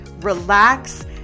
relax